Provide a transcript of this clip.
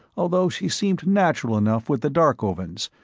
although she seemed natural enough with the darkovans,